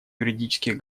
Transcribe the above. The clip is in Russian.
юридических